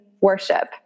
worship